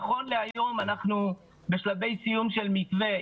נכון להיום אנחנו בשלבי סיום של מתווה,